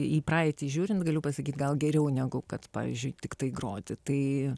į praeitį žiūrint galiu pasakyti gal geriau negu kad pavyzdžiui tiktai groti tai